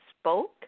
spoke